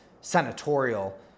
senatorial